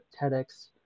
TEDx